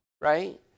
right